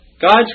God's